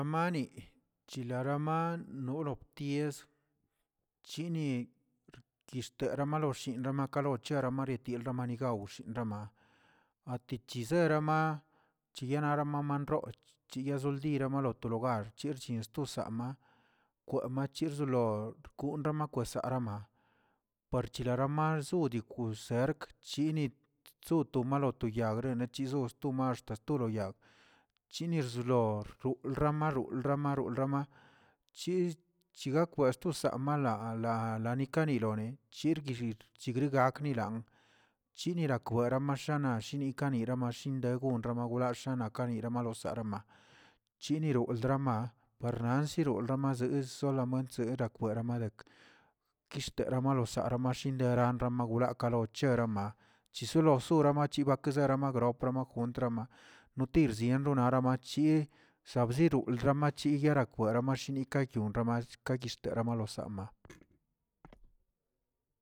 Banii chilaraman nolobtieꞌs chini xkixtere maloshi remanka malocherama tiel remarigaoch rama, atichezerama chiyenaramamanroo chiyazoldila maloto archirchi sto sam' kwa machirzilo koonra makwesara parchilaramar gudikosee kchini soto maloto yag grene chiziis sto max chastoro yag, chini zlorx wlramarrur ramarur lrama chi chigakwa sto samala la lanicalinone chirgui xig chigrigak nilaa chinirakweram shanash shiniramashin regonrrama wrash nakirana malosarama, chirino ldrama parnasilo lramasisə lamantserakwe ramarekw, kixtera malosarama shindera marroaka ocherama chisolo sura machibakzə kesera okra makuntram. a nutirzien nara machie sabsiruldə machi yarakwerə shinikayomrama ka yishteramalosama.